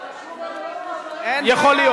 הוא רשום, יכול להיות.